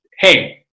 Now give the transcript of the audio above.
hey